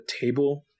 table